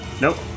Nope